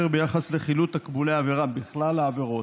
ביחס לחילוט תקבולי עבירה בכלל העבירות.